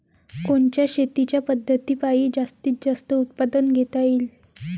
कोनच्या शेतीच्या पद्धतीपायी जास्तीत जास्त उत्पादन घेता येईल?